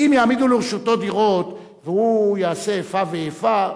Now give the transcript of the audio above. אם יעמידו לרשותו דירות והוא יעשה איפה ואיפה,